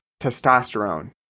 testosterone